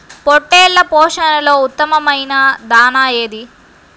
పొట్టెళ్ల పోషణలో ఉత్తమమైన దాణా ఏది?